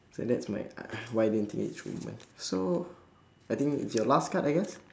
so that's my I I why I didn't think it through moment so I think it's your last card I guess